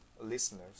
listeners